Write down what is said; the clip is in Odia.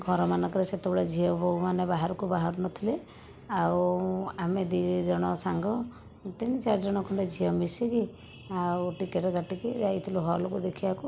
ଘରମାନଙ୍କରେ ସେତେବେଳେ ଝିଅ ବୋହୁମାନେ ବାହାରକୁ ବାହାରୁ ନଥିଲେ ଆଉ ଆମେ ଦୁଇ ଜଣ ସାଙ୍ଗ ତିନି ଚାରି ଜଣ ଖଣ୍ଡେ ଝିଅ ମିଶିକି ଆଉ ଟିକେଟ କାଟିକି ଯାଇଥିଲୁ ହଲ୍କୁ ଦେଖିବାକୁ